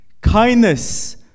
kindness